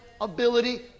ability